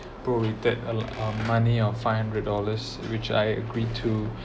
prorated uh a money or five hundred dollars which I agree to